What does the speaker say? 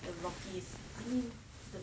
the rockies I mean the